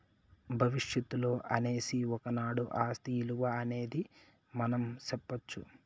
భవిష్యత్తులో అనేసి ఒకనాడు ఆస్తి ఇలువ అనేది మనం సెప్పొచ్చు